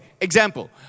example